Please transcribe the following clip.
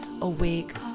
awake